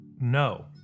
No